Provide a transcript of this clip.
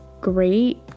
great